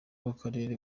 w’akarere